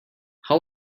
how